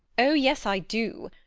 oh, yes, i do.